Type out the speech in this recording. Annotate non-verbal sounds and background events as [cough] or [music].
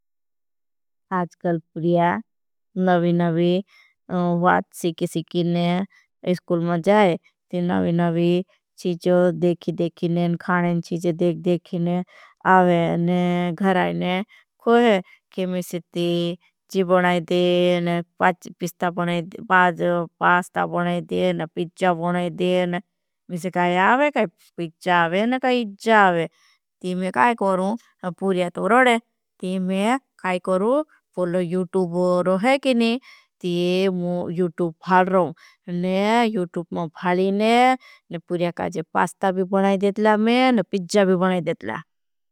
आजकल पुरिया नवी नवी वाद सीखे सीखे ने स्कुल में जाए। ती नवी नवी चीज़ो देखी देखी ने खाने चीज़ो देखी देखी ने। आवे ने घर आवे ने खोई है ही खेमिसती ची बना इदे। [hesitation] पास्टा बना इदे पिज्जा बना इदे ने सीखे। हाओगी वाद काई पिज्जा आओगीवास नहीं होगी ये ती मैं। कहाी करून कैओ पूर्या तो रोड ती मैं कैई करून के लिए। पूर्यो यूतू गो रोह है की नी? ती मू युटूब भाल रोहा वर कैपढ़िन। पूर्या में फास्टा भी पढ़ा डि दित्ला पिज्जा भी बनाई देट ला